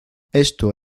esto